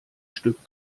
stück